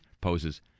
poses